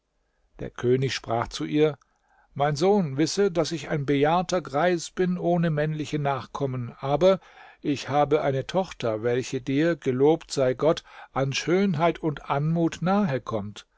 der könig sprach zu ihr mein sohn wisse daß ich ein bejahrter greis bin ohne männliche nachkommen aber ich habe eine tochter welche dir gelobt sei gott an schönheit und anmut